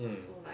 mm